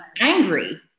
angry